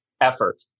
effort